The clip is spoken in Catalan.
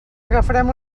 agafarem